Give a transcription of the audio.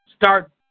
Start